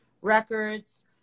records